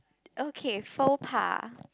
okay faux pas